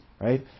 right